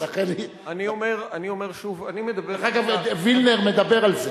דרך אגב, וילנר מדבר על זה,